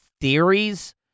theories